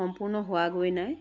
সম্পূৰ্ণ হোৱাগৈ নাই